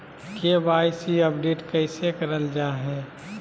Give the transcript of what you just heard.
KYC update कैसे करल जाहै?